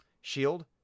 shield